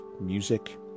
music